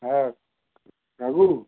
হ্যাঁ কাকু